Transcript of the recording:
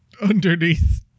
underneath